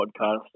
podcast